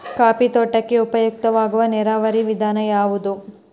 Coffee ತೋಟಕ್ಕೆ ಉಪಯುಕ್ತವಾದ ನೇರಾವರಿ ವಿಧಾನ ಯಾವುದು?